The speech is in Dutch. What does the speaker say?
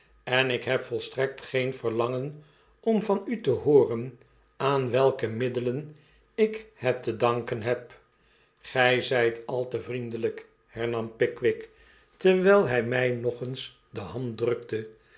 en ik heb volstrekt geen verlangen om vanutehooren aan welke middelen ik het te danken heb gy zyt al te vriendelyk hernam pickwick terwijl hij my nog eens de